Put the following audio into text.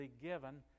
given